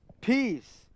peace